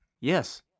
Yes